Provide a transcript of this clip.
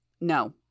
No